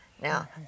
Now